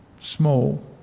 small